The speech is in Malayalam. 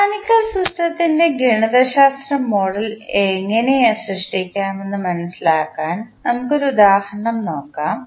മെക്കാനിക്കൽ സിസ്റ്റത്തിൻറെ ഗണിതശാസ്ത്ര മോഡൽ എങ്ങനെ സൃഷ്ടിക്കാമെന്ന് മനസിലാക്കാൻ നമുക്ക് ഒരു ഉദാഹരണം നോക്കാം